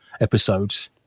episodes